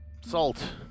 Salt